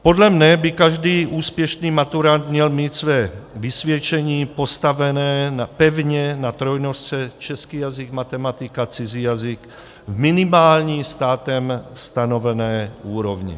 Podle mne by každý úspěšný maturant měl mít své vysvědčení postavené pevně na trojnožce český jazyk matematika cizí jazyk v minimální státem stanovené úrovni.